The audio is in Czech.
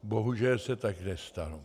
Bohužel se tak nestalo.